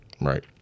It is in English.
Right